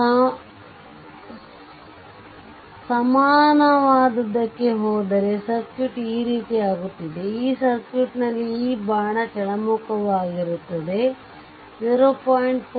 ಆದ್ದರಿಂದ ಸಮಾನವಾದದಕ್ಕೆ ಹೋದರೆ ಸರ್ಕ್ಯೂಟ್ ಈ ರೀತಿ ಆಗುತ್ತಿದೆ ಈ ಸರ್ಕ್ಯೂಟ್ನಲ್ಲಿ ಈ ಬಾಣ ಕೆಳಮುಖವಾಗಿರುತ್ತದೆ ಮತ್ತು 0